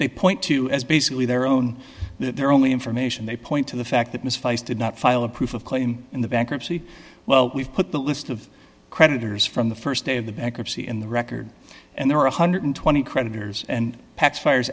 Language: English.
they point to as basically their own their only information they point to the fact that mystifies did not file a proof of claim in the bankruptcy well we've put the list of creditors from the st day of the bankruptcy in the record and there were one hundred and twenty creditors and pacs fires